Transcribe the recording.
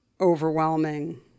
overwhelming